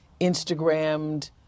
Instagrammed